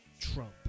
Trump